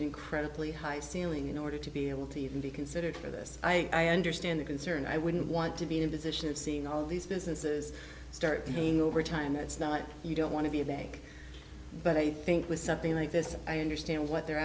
incredibly high ceiling in order to be able to even be considered for this i understand it concern i wouldn't want to be in position of seeing all these businesses start over time it's not like you don't want to be a bank but i think with something like this i understand what they're